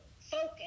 focus